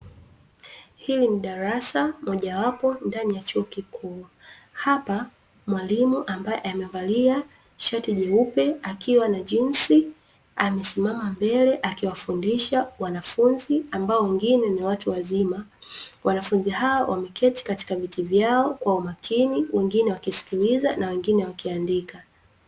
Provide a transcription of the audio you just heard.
Hili ni darasa moja wapo ndani ya chuo kikuu. Hapa mwalimu ambaye amevalia shati jeupe akiwa na jinzi, amesimama mbele akiwafundisha wanafunzi ambao wengine ni watu wazima. Wanafunzi hao wameketi katika viti vyao kwa umakini, wengine wakisikiliza na wengine wakiandika.